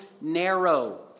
narrow